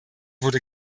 wurde